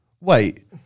wait